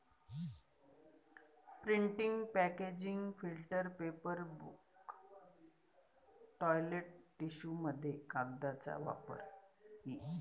printing packaging filter paper book toilet टिश्यूमध्ये कागदाचा वापर इ